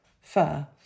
fur